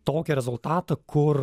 tokį rezultatą kur